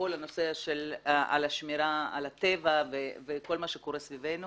בכל הנושא של השמירה על הטבע וכל מה שקורה סביבנו